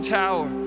tower